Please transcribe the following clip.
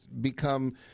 become